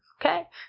okay